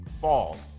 fall